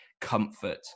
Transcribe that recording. comfort